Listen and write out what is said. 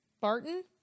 Barton